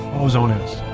ozone is